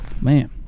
Man